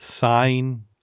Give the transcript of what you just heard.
sign